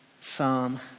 psalm